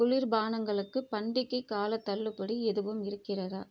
குளிர் பானங்களுக்கு பண்டிகைக் காலத் தள்ளுபடி எதுவும் இருக்கிறதா